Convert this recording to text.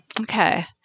Okay